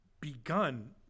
begun